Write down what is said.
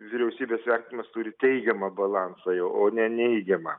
vyriausybės vertinimas turi teigiamą balansą jau o ne neigiamą